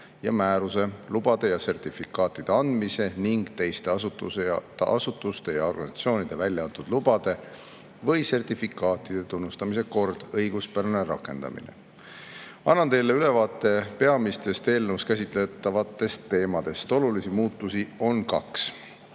ja määruse "Lubade ja sertifikaatide andmise ning teiste asutuste ja organisatsioonide välja antud lubade või sertifikaatide tunnustamise kord" õiguspärane rakendamine. Annan teile ülevaate peamistest eelnõus käsitletavatest teemadest. Olulisi muudatusi on kaks.